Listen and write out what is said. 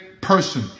person